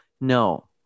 No